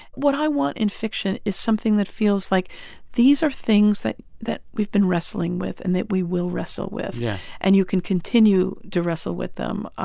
what i want in fiction is something that feels like these are things that that we've been wrestling with and that we will wrestle with, yeah and you can continue to wrestle with them.